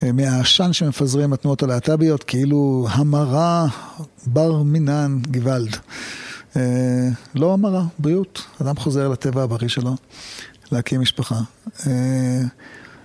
מהעשן שמפזרים התנועות הלהט"ביות, כאילו המרה בר מינן גוואלד. לא המרה, בריאות, אדם חוזר לטבע הבריא שלו, להקים משפחה.